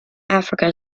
africa